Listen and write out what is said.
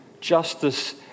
justice